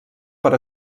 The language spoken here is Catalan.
per